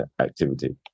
activity